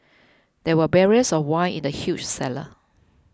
there were barrels of wine in the huge cellar